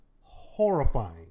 horrifying